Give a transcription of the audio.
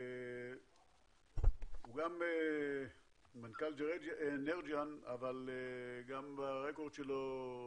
הוא מנכ"ל אנרג'יאן, אבל גם ברקורד שלו,